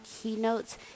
keynotes